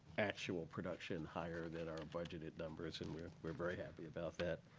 actual production higher than our budgeted numbers. and we're we're very happy about that.